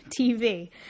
TV